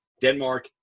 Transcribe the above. Denmark